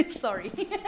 Sorry